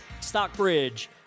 Stockbridge